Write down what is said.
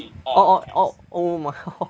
orh orh orh oh my go~